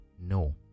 no